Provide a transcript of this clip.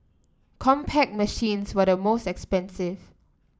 Compaq machines were the most expensive